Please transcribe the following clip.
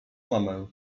mamę